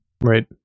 right